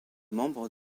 membre